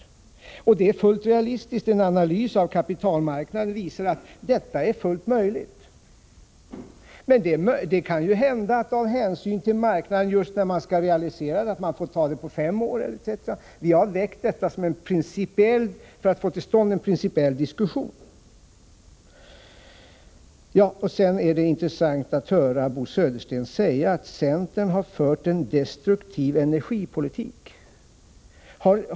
Detta är fullt realistiskt. En analys av kapitalmarknaden visar att det är fullt möjligt. Men det kan hända att man av hänsyn till marknaden just när man skall realisera det hela får göra det på fem år eller mer. Vi har väckt motionen för att få till stånd en principiell diskussion. Sedan är det intressant att höra Bo Södersten säga att centern har fört en destruktiv energipolitik.